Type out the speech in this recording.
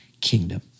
kingdom